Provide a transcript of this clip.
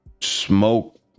smoke